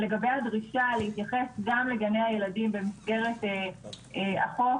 לגבי הדרישה להתייחס גם לגני הילדים במסגרת החוק.